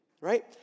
right